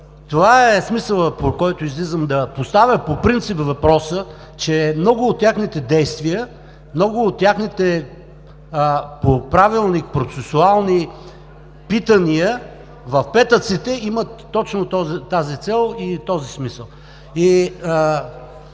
Това е смисълът, по който излизам да поставя по принцип въпроса, че много от техните действия, много от техните по Правилник процесуални питания в петъците, имат точно тази цел и този смисъл.